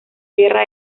guerra